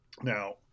Now